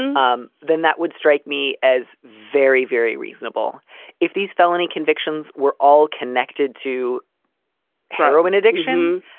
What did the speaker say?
um then that would strike me as very, very reasonable if these felony convictions were all connected to heroin addiction,